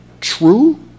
true